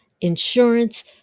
insurance